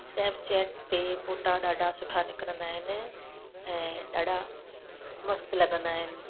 Snapchat ते फ़ोटा ॾाढा सुठा निकिरंदा आहिनि ऐं ॾाढा मस्तु लॻंदा आहिनि